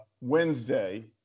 Wednesday